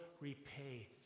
repay